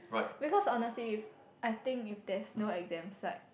because honestly if I think if there's no exams like